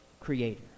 Creator